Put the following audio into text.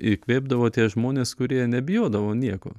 įkvėpdavo tie žmonės kurie nebijodavo nieko